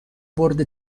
برد